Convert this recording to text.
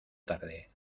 tarde